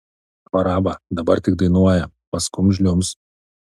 kvaraba dabar tik dainuoja paskum žliumbs